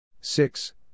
six